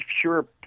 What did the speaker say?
pure